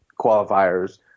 qualifiers